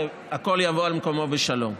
והכול יבוא על מקומו בשלום.